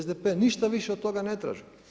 SDP ništa više od toga ne traži.